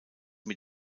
mit